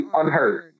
unheard